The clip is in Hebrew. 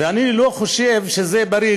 ואני לא חושב שזה בריא,